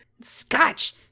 Scotch